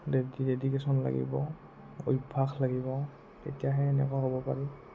dedication লাগিব অভ্যাস লাগিব তেতিয়াহে এনেকুৱা হ'ব পাৰি